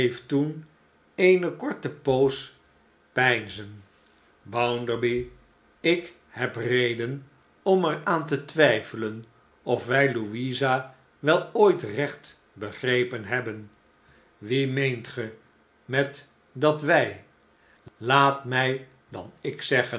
toen eene korte poos peinzen bounderby ik heb reden om er aan te twijfelen of wij louisa wel ooit recht begrepen hebben wie meent ge met dat wij laat mij dan i k zeggen